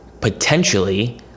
potentially